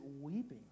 weeping